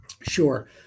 Sure